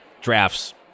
drafts